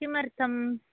किमर्थम्